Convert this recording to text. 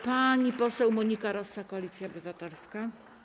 Pani poseł Monika Rosa, Koalicja Obywatelska.